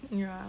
mm ya